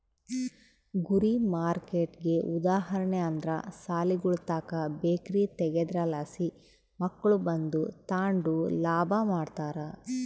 ಗುರಿ ಮಾರ್ಕೆಟ್ಗೆ ಉದಾಹರಣೆ ಅಂದ್ರ ಸಾಲಿಗುಳುತಾಕ ಬೇಕರಿ ತಗೇದ್ರಲಾಸಿ ಮಕ್ಳು ಬಂದು ತಾಂಡು ಲಾಭ ಮಾಡ್ತಾರ